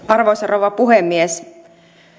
arvoisa rouva puhemies